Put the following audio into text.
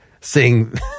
sing